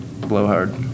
blowhard